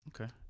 Okay